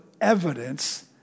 evidence